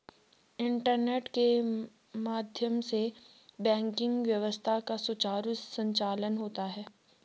internet के माध्यम से बैंकिंग व्यवस्था का सुचारु संचालन होता है